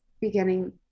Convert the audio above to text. beginning